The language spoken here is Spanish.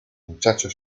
muchacho